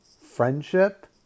friendship